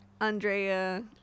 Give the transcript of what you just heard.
Andrea